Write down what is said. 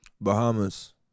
bahamas